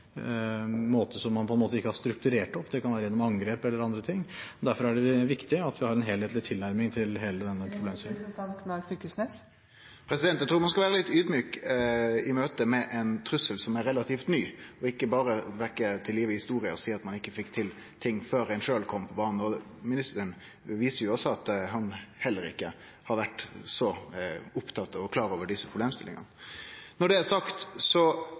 måte som man på en måte ikke har strukturert opp – det kan være gjennom angrep eller andre ting. Derfor er det viktig at vi har en helhetlig tilnærming til hele denne problemstillingen. Eg trur ein skal vere litt audmjuk i møtet med ein trussel som er relativt ny, og ikkje berre vekkje til live historia og seie at ein ikkje fekk til ting før ein sjølv kom på banen. Ministeren viser også at han heller ikkje har vore så opptatt av og klar over desse problemstillingane. Når det er sagt,